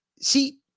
See